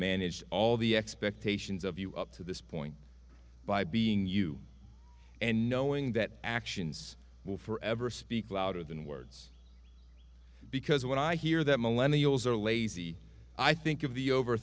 managed all the expectations of you up to this point by being you and knowing that actions will forever speak louder than words because when i hear that millennium goals are lazy i think of the over